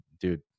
dude